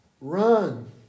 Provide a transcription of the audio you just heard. Run